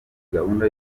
gahunda